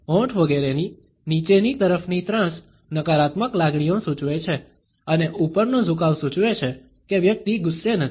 હોઠ વગેરેની નીચેની તરફની ત્રાંસ નકારાત્મક લાગણીઓ સૂચવે છે અને ઉપરનો ઝુકાવ સૂચવે છે કે વ્યક્તિ ગુસ્સે નથી